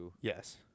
Yes